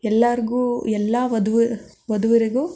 ಎಲ್ಲರಿಗೂ ಎಲ್ಲ ವಧುವರ ವಧುವರರಿಗೂ